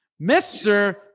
Mr